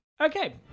Okay